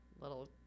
little